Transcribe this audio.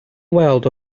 weld